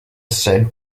sent